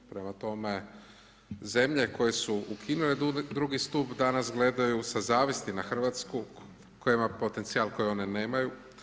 Prema tome zemlje koje su ukinule drugi stup danas gledaju sa zavisti na Hrvatsku koja ima potencijal koje one nemaju.